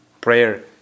Prayer